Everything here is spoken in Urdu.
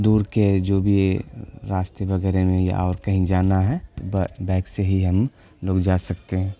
دور کے جو بھی راستے وغیرہ میں یا اور کہیں جانا ہے تو بک سے ہی ہم لوگ جا سکتے ہیں